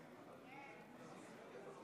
אגודת ישראל,